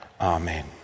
Amen